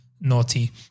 naughty